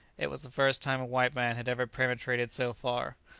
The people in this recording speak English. it was the first time a white man had ever penetrated so far.